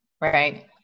right